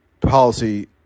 policy